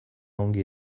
ongi